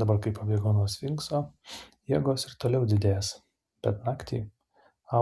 dabar kai pabėgo nuo sfinkso jėgos ir toliau didės bet naktį